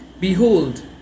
Behold